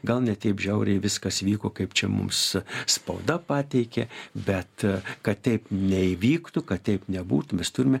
gal ne taip žiauriai viskas vyko kaip čia mums spauda pateikė bet kad taip neįvyktų kad taip nebūtų mes turime